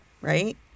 right